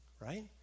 right